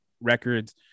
records